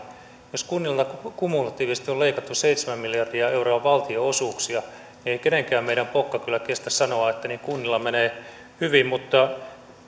jos kunnilta kumulatiivisesti on leikattu seitsemän miljardia euroa valtionosuuksia ei kenenkään meidän pokka kyllä kestä sanoa että kunnilla menee hyvin mutta